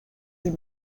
est